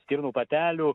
stirnų patelių